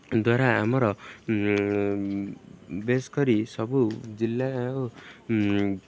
ଦ୍ୱାରା ଆମର ବେଶ୍ କରି ସବୁ ଜିଲ୍ଲା ଓ